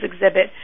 exhibit